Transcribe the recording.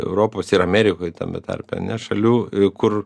europos ir amerikoj tame tarpe ane šalių kur